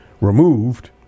removed